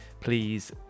Please